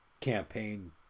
campaign